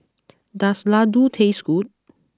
does Ladoo taste good